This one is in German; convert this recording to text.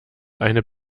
eine